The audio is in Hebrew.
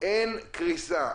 אין קריסה,